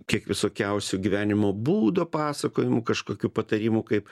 kiek visokiausių gyvenimo būdo pasakojimų kažkokių patarimų kaip